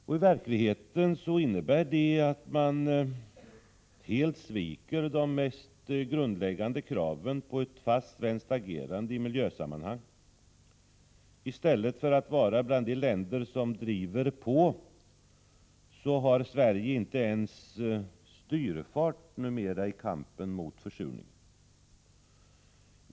I verkligheten innebär det att man helt sviker de mest grundläggande kraven på ett fast svenskt agerande i miljösammanhang. I stället för att vara bland de länder som driver på, har Sverige numera inte ens styrfart i kampen mot försurningen.